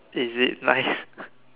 is it nice